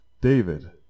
David